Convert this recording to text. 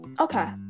okay